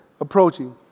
approaching